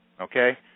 Okay